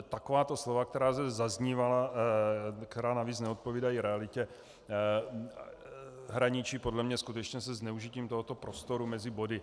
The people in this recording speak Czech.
Takováto slova, která zde zaznívala, která navíc neodpovídají realitě, hraničí podle mě skutečně se zneužitím tohoto prostoru mezi body.